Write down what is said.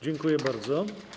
Dziękuję bardzo.